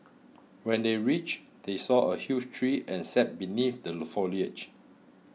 when they reached they saw a huge tree and sat beneath the foliage